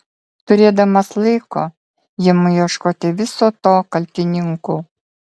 turėdamas laiko imu ieškoti viso to kaltininkų